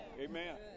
amen